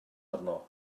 arno